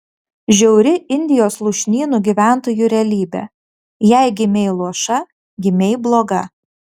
žiauri indijos lūšnynų gyventojų realybė jei gimei luoša gimei bloga